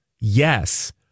Yes